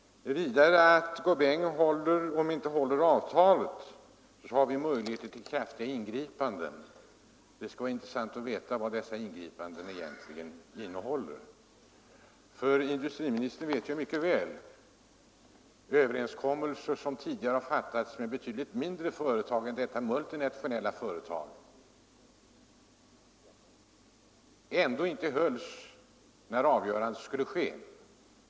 Vidare skulle vi, om Saint-Gobain inte håller avtalet, ha möjligheter till kraftiga ingripanden. Det skulle vara intressant att veta vad dessa ingripanden egentligen innebär. Industriministern vet ju mycket väl att överenskommelser som tidigare träffats med betydligt mindre företag än detta multinationella företag ändå inte hölls när avgörandet skulle ske.